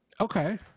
okay